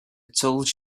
told